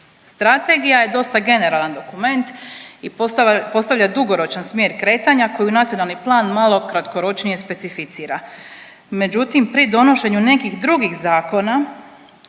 Strategija je dosta generalan dokument i postavlja dugoročan smjer kretanja koji nacionalni plan malo kratkoročnije specificira. Međutim, pri donošenju nekih drugih zakona